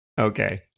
Okay